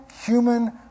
human